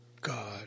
God